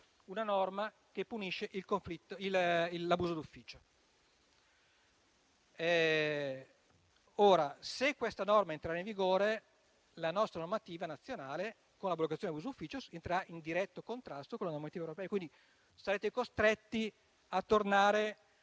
una norma che punisce l'abuso d'ufficio. Se questa norma entrerà in vigore, la nostra normativa nazionale con l'abrogazione dell'abuso d'ufficio entrerà in diretto contrasto con la normativa europea. Quindi, sarete costretti a tornare